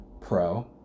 pro